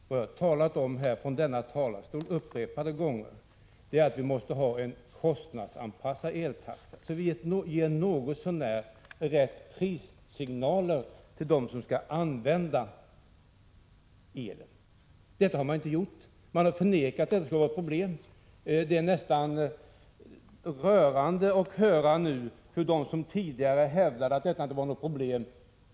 Vad jag har sagt upprepade gånger från denna talarstol är att vi måste ha en kostnadsanpassad eltaxa, så att vi ger något så när rätt prissignaler till dem som skall använda elen. Detta har man inte gjort. Man har förnekat att detta skulle vara ett problem. Det är nästan rörande att höra dem som tidigare hävdade att detta inte var något problem i dag säga att det — Prot.